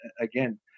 again